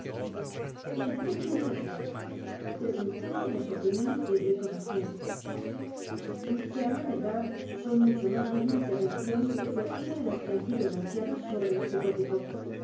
y qué piensa vd pregúntele de las opiniones de le commerciel que á la verdad son mucho más dignas de atención que cualquiera de las que han sido enunciadas sobre este tópico